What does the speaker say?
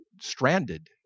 stranded